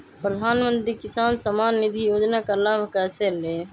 प्रधानमंत्री किसान समान निधि योजना का लाभ कैसे ले?